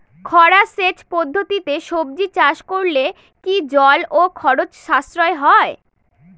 খরা সেচ পদ্ধতিতে সবজি চাষ করলে কি জল ও খরচ সাশ্রয় হয়?